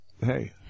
Hey